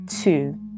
Two